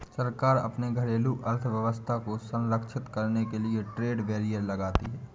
सरकार अपने घरेलू अर्थव्यवस्था को संरक्षित करने के लिए ट्रेड बैरियर लगाती है